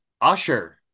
Usher